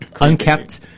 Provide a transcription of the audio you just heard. unkept